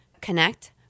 connect